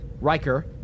riker